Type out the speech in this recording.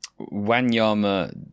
Wanyama